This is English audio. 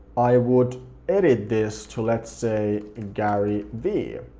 i would edit this to, let's say, and gary v.